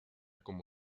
como